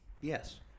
yes